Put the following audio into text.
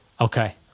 Okay